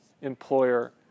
employer